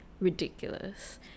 ridiculous